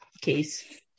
case